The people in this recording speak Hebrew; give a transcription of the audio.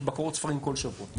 יש בקרות ספרים כל שבוע.